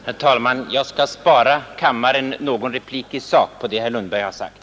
Herr talman! Jag skall bespara kammaren en replik i sak på det herr Lundberg har sagt.